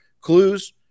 clues